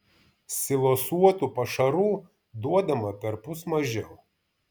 silosuotų pašarų duodama perpus mažiau